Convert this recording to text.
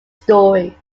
story